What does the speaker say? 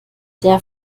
der